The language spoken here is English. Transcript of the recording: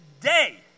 today